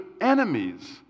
enemies